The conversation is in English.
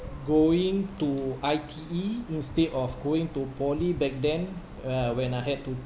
going to I_T_E instead of going to poly back then uh when I had to